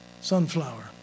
Sunflower